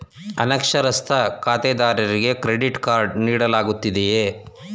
ಅನಕ್ಷರಸ್ಥ ಖಾತೆದಾರರಿಗೆ credit card ನೀಡಲಾಗುತ್ತದೆಯೇ?